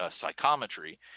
psychometry